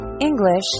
English